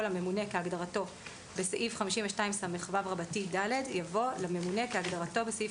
לממונה כהגדרתו בסעיף 52סו(ד)" יבוא "לממונה כהגדרתו בסעיף